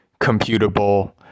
computable